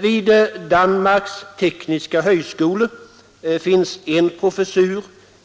Vid Danmarks Tekniske Hojskole finns en professur,